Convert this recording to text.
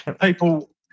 people